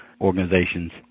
organizations